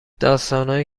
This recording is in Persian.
داستانهایی